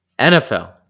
NFL